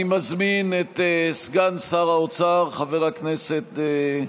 אני מזמין את סגן שר האוצר חבר הכנסת,